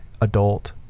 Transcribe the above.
adult